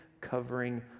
covering